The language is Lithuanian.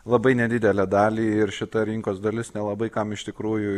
labai nedidelę dalį ir šita rinkos dalis nelabai kam iš tikrųjų